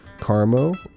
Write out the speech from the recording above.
Carmo